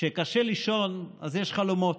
כשקשה לישון אז יש חלומות,